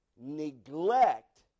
neglect